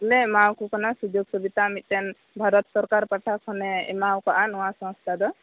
ᱞᱮ ᱮᱢᱟᱣ ᱠᱚ ᱠᱟᱱᱟ ᱥᱩᱡᱳᱜᱽ ᱥᱩᱵᱤᱛᱟ ᱢᱤᱜᱴᱮᱱ ᱵᱷᱟᱨᱚᱛ ᱥᱚᱨᱠᱟᱨ ᱯᱟᱦᱴᱟ ᱠᱷᱚᱱᱮ ᱮᱢᱟᱣ ᱠᱟᱜᱼᱟ ᱱᱚᱣᱟ ᱥᱚᱝᱥᱛᱟ ᱫᱚ